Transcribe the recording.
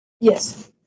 Yes